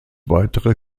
weitere